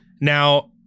Now